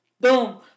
Boom